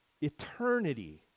eternity